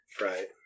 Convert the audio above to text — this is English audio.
Right